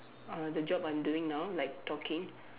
uh the job I'm doing now like talking